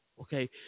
okay